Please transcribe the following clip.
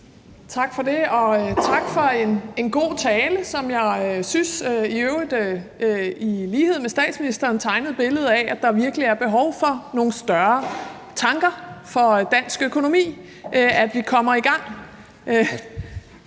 Tak for det, og tak for en god tale, som jeg synes, i øvrigt i lighed med statsministerens tale, tegnede et billede af, at der virkelig er behov for nogle større tanker om dansk økonomi, og at vi kommer i gang